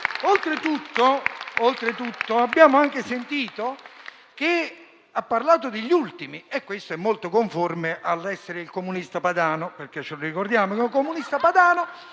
Oltretutto, abbiamo anche sentito che ha parlato degli ultimi, e questo è molto conforme all'essere il comunista padano (ce lo ricordiamo che è un comunista padano).